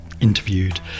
interviewed